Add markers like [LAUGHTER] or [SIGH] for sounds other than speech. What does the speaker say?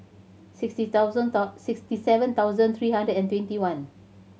sixty thousand [UNINTELLIGIBLE] sixty seven thousand three hundred and twenty one